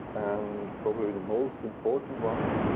and probably the most important one,